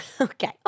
Okay